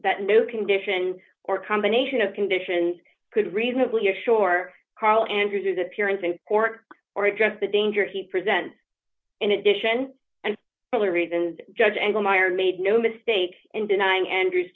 that new condition or combination of conditions could reasonably ashore carl andrews appearance in court or address the danger he present in addition and for reasons judge angle meyer made no mistake in denying andrew's